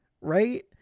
right